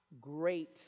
great